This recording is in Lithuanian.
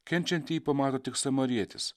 kenčiantįjį pamato tik samarietis